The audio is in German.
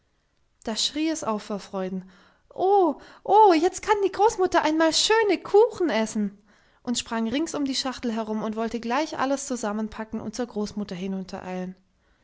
da schrie es auf vor freuden oh oh jetzt kann die großmutter einmal schöne kuchen essen und sprang rings um die schachtel herum und wollte gleich alles zusammenpacken und zur großmutter